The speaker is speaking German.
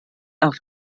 auf